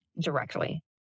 directly